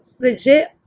legit